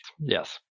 yes